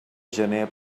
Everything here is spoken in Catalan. gener